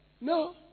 No